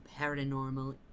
paranormal